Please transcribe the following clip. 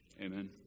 amen